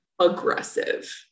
aggressive